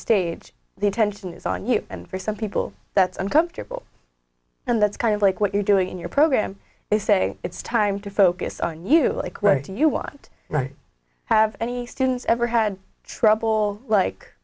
stage the attention is on you and for some people that's uncomfortable and that's kind of like what you're doing in your program they say it's time to focus on you like right do you want right have any students ever had trouble like